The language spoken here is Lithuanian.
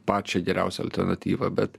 pačią geriausią alternatyvą bet